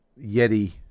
Yeti